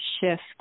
shift